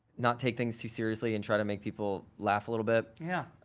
not take things too seriously and try to make people laugh a little bit. yeah.